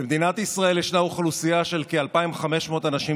במדינת ישראל יש אוכלוסייה של כ-2,500 אנשים